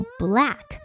black